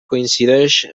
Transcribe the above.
coincideix